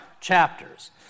chapters